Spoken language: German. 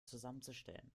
zusammenzustellen